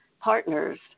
partners